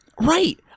right